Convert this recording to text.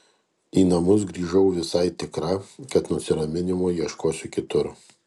į namus grįžau visai tikra kad nusiraminimo ieškosiu kitur